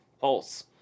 pulse